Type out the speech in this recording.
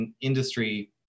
industry